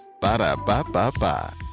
Ba-da-ba-ba-ba